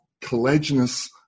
collagenous